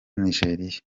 nigeria